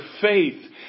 faith